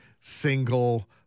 single